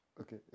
okay